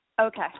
Okay